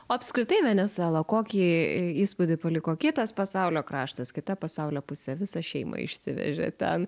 o apskritai venesuela kokį įspūdį paliko kitas pasaulio kraštas kita pasaulio pusė visą šeimą išsivežėt ten